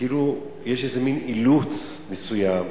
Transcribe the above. וכאילו יש איזה מין אילוץ מסוים,